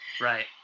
Right